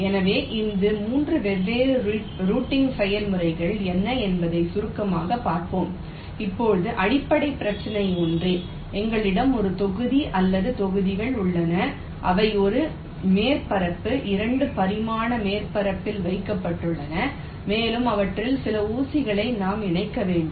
எனவே இந்த 3 வெவ்வேறு ரூட்டிங் செயல்முறைகள் என்ன என்பதை சுருக்கமாக பார்ப்போம் இப்போது அடிப்படை பிரச்சினை ஒன்றே எங்களிடம் ஒரு தொகுதி அல்லது தொகுதிகள் உள்ளன அவை ஒரு மேற்பரப்பு 2 பரிமாண மேற்பரப்பில் வைக்கப்பட்டுள்ளன மேலும் அவற்றில் சில ஊசிகளை நாம் இணைக்க வேண்டும்